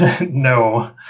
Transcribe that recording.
No